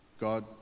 God